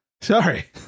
Sorry